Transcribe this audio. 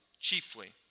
chiefly